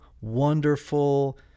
wonderful